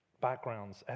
backgrounds